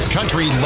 Country